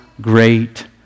great